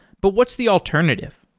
but what's the alternative?